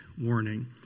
warning